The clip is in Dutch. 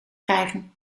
krijgen